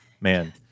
man